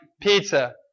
pizza